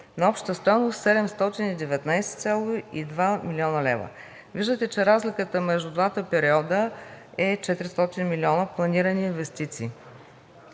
на обща стойност 719,2 млн. лв. Виждате, че разликата между двата периода е 400 милиона планирани инвестиции.